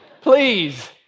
Please